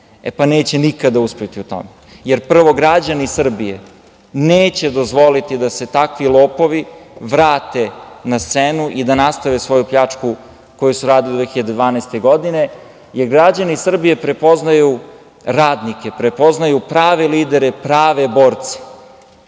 E pa neće nikada uspeti u tome, jer prvo građani Srbije neće dozvoliti da se takvi lopovi vrate na scenu i da nastave svoju pljačku koju radili do 2012. godine, jer građani Srbije prepoznaju radnike, prepoznaju prave lidere, prave borce,